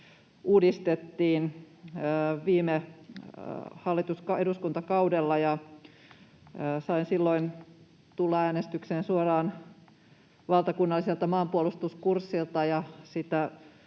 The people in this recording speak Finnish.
uudistettiin viime eduskuntakaudella, ja sain silloin tulla äänestykseen suoraan valtakunnalliselta maanpuolustuskurssilta.